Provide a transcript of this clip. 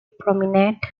prominent